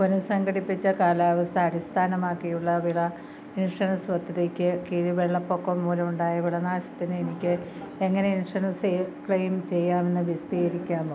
പുനസംഘടിപ്പിച്ച കാലാവസ്ഥ അടിസ്ഥാനമാക്കിയുള്ള വിള ഇൻഷുറൻസ് പദ്ധതിക്ക് കീഴിൽ വെള്ളപ്പൊക്കം മൂലമുണ്ടായ വിളനാശത്തിന് എനിക്ക് എങ്ങനെ ഇൻഷുറൻസ് ക്ലെയിം ചെയ്യാമെന്ന് വിശദീകരിക്കാമോ